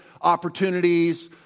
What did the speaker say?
opportunities